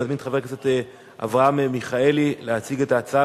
אני מזמין את חבר הכנסת אברהם מיכאלי להציג את ההצעה,